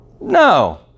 No